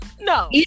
No